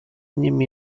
nimi